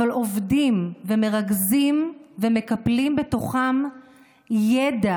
אבל עובדים ומרכזים ומקפלים בתוכם ידע